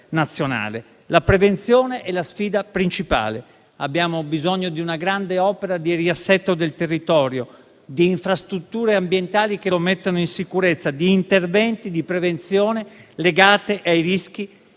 La prevenzione è la sfida principale. Abbiamo bisogno di una grande opera di riassetto del territorio, di infrastrutture ambientali che lo mettano in sicurezza e di interventi di prevenzione legata ai rischi naturali.